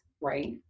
right